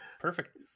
Perfect